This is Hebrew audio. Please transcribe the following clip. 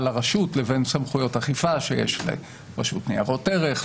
לרשות לבין סמכויות אכיפה שיש לרשות ניירות ערך,